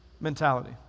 mentality